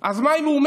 אז מה אם הוא מת?